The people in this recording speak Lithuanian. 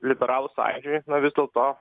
liberalų sąjūdžiui nu vis dėlto